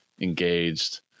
engaged